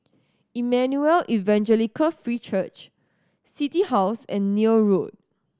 Emmanuel Evangelical Free Church City House and Neil Road